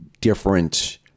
different